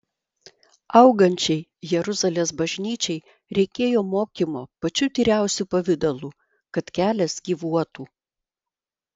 augančiai jeruzalės bažnyčiai reikėjo mokymo pačiu tyriausiu pavidalu kad kelias gyvuotų